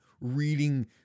reading